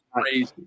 crazy